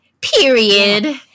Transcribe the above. Period